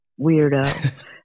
weirdo